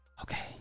Okay